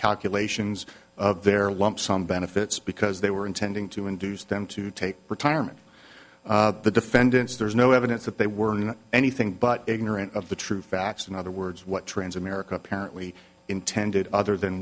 calculations of their lump sum benefits because they were intending to induce them to take retirement the defendants there's no evidence that they were anything but ignorant of the true facts in other words what transamerica apparently intended other than